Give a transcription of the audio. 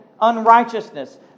unrighteousness